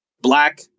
Black